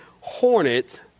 hornets